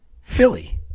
Philly